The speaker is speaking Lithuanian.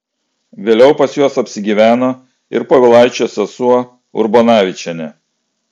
vėliau pas juos apsigyveno ir povilaičio sesuo urbonavičienė